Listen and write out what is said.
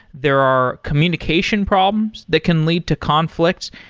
there are communication problems that can lead to conflicts.